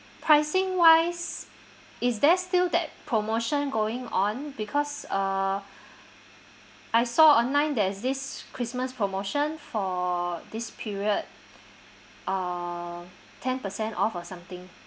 pricing wise is there still that promotion going on because uh I saw online there's this christmas promotion for this period uh ten percent off or something